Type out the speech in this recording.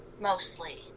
mostly